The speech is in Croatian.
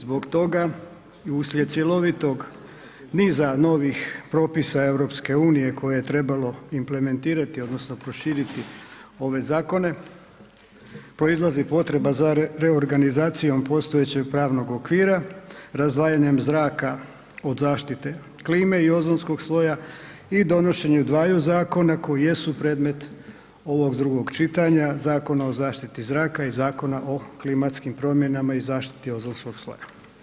Zbog toga i uslijed cjelovitog niza novih propisa EU koje je trebalo implementirati odnosno proširiti ove zakone proizlazi potreba za reorganizacijom postojećeg pravnog okvira, razdvajanjem zraka od zaštite klime i ozonskog sloja i donošenje dvaju zakona koji jesu predmet ovog drugog čitanja Zakona o zaštiti zraka i Zakona o klimatskim promjenama i zaštiti ozonskog sloja.